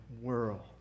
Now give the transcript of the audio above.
world